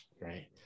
right